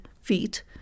feet